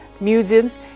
Museums